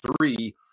three